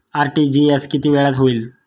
RTGS किती वेळात होईल?